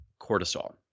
cortisol